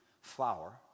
flour